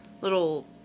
little